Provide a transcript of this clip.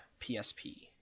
PSP